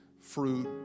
fruit